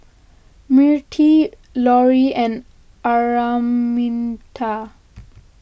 Mirtie Lorie and Araminta